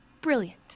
Brilliant